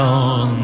on